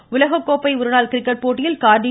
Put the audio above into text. cricket உலக கோப்பை ஒருநாள் கிரிக்கெட் போட்டியில் கார்டி